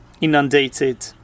inundated